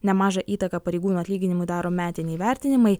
nemažą įtaką pareigūno atlyginimui daro metiniai vertinimai